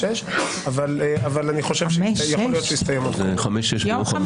18:00-17:00 ויכול להיות שיסתיים עוד קודם לכן.